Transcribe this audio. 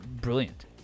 Brilliant